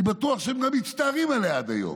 אני בטוח שהם גם מצטערים עליה עד היום,